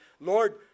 Lord